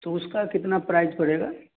तो उसका कितना प्राइज पड़ेगा